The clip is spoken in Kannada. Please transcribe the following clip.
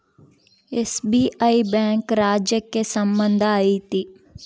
ಎಸ್.ಬಿ.ಐ ಬ್ಯಾಂಕ್ ರಾಜ್ಯಕ್ಕೆ ಸಂಬಂಧ ಐತಿ